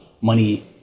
money